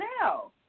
now